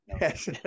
Yes